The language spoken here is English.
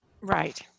Right